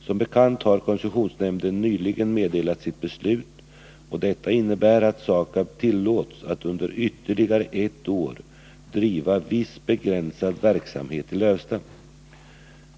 Som bekant har koncessionsnämnden nyligen meddelat sitt beslut, och detta innebär att SAKAB tillåts att under ytterligare ett år driva viss begränsad verksamhet i Lövsta.